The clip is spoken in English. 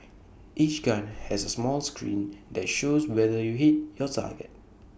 each gun has A small screen that shows whether you hit your target